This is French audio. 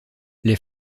les